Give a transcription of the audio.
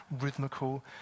rhythmical